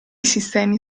sistemi